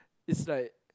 is like